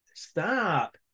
Stop